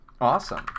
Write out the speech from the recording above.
Awesome